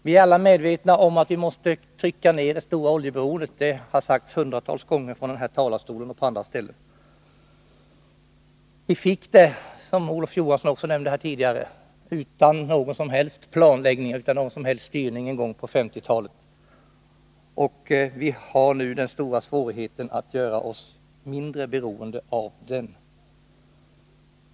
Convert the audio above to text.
Vi är alla medvetna om att vi måste trycka ned det stora oljeberoendet — det har sagts hundratals gånger från den här talarstolen och på andra ställen. Vi fick oljeberoendet en gång på 1950-talet — vilket Olof Johansson har nämnt tidigare — utan någon som helst styrning eller planläggning. Vi har nu den stora svårigheten att göra oss mindre beroende av oljan.